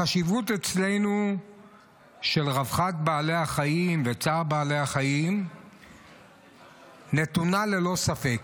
החשיבות אצלנו של רווחת בעלי החיים וצער בעלי החיים נתונה ללא ספק.